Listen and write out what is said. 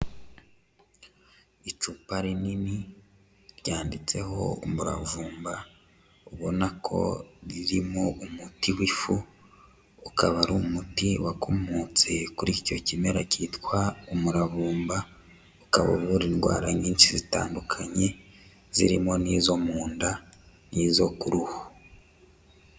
Icupa rinini ryanditseho umuravumba, ubonako ririmo umuti w'ifu, ukaba ari umuti wakomotse kuri icyo kimera kitwa umuravumba, ukaba uvura indwara nyinshi zitandukanye, zirimo n'izo mu nda n'izo ku ruhu.